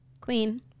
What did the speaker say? Queen